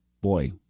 boy